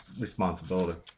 responsibility